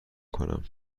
کنم